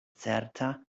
certa